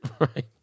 Right